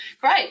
Great